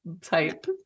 type